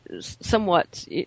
somewhat